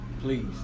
Please